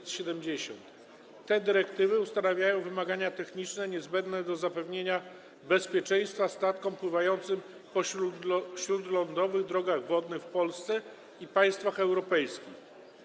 Te dyrektywy ustanawiają wymagania techniczne niezbędne do zapewnienia bezpieczeństwa statkom pływającym po śródlądowych drogach wodnych w Polsce i państwach europejskich.